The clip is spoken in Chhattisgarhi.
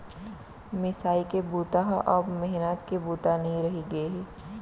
मिसाई के बूता ह अब मेहनत के बूता नइ रहि गे हे